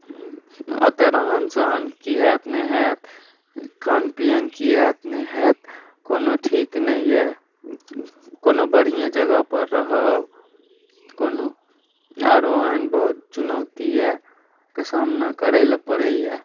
ओतऽ रहन सहन की हैत नहि हैत खानपिअन की हैत नहि हैत कोनो ठीक नहि अइ कोनो बढ़िए जगहपर रहब कोनो आओर एहन बहुत चुनौतीके सामना करैलए पड़ैए